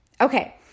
Okay